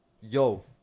yo